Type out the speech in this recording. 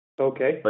Okay